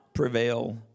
prevail